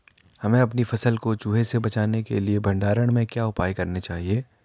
हमें अपनी फसल को चूहों से बचाने के लिए भंडारण में क्या उपाय करने चाहिए?